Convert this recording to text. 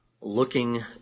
looking